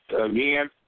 again